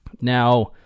now